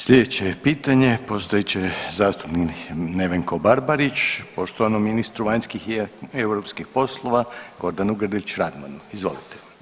Slijedeće pitanje postavit će zastupnik Nevenko Barbarić poštovanom ministru vanjskih i europskih poslova Gordanu Grlić Radmanu, izvolite.